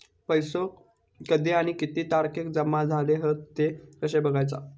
पैसो कधी आणि किती तारखेक जमा झाले हत ते कशे बगायचा?